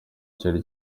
cyari